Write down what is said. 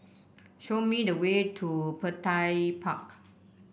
show me the way to Petir Park